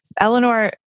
Eleanor